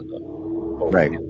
right